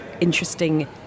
interesting